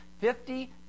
Fifty